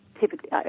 typically